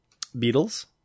Beatles